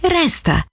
resta